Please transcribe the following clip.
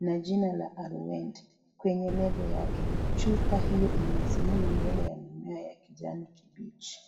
na jina la arorwet kwenye lebo yake chupa hio imesimama mbele ya mimea ya kijani kibichi.